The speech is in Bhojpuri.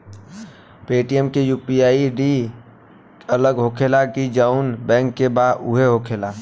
पेटीएम के यू.पी.आई आई.डी अलग होखेला की जाऊन बैंक के बा उहे होखेला?